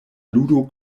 ludo